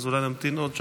אז אולי נמתין עוד,